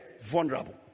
vulnerable